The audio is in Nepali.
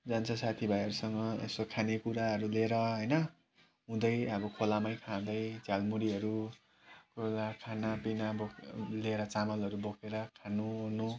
जान्छ साथी भाइहरूसँग यसो खाने कुराहरू लिएर होइन उधैँ अब खोलामै खाँदै झालमुरीहरू कोही बेला खाना पिना लिएर चामलहरू बोकेर खानु ओर्नु